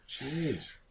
Jeez